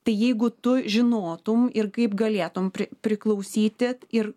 tai jeigu tu žinotum ir kaip galėtum priklausyti ir